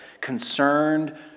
concerned